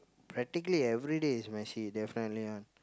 practically everyday is messy definitely [one]